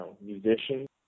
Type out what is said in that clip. musicians